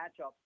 matchup